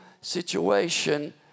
situation